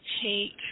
take